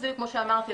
כמו שאמרתי,